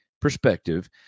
perspective